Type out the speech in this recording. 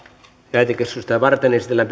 lähetekeskustelua varten esitellään